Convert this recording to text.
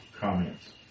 Comments